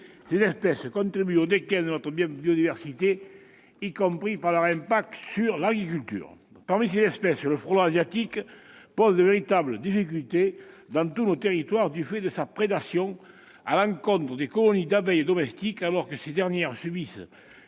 Ces espèces contribuent au déclin de notre biodiversité, y compris par leur impact sur l'agriculture. Parmi ces espèces, le frelon asiatique pose de véritables difficultés dans tous nos territoires du fait de sa prédation à l'encontre des colonies d'abeilles domestiques, alors que ces dernières subissent